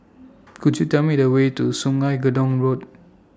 Could YOU Tell Me The Way to Sungei Gedong Road